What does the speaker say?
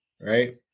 right